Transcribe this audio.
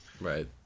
right